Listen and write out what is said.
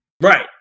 Right